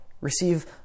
receive